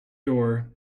door